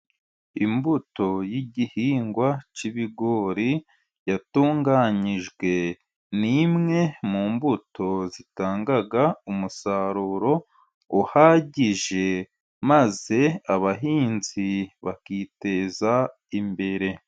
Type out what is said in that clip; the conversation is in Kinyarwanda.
Imbuto yigihingwa cy'ibigori yatunganyijwe, ni imwe mu mbuto zitanga umusaruro uhagije maze abahinzi bakiteza imbere.